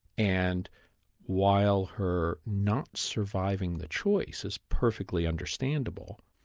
and while her not surviving the choice is perfectly understandable,